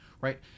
Right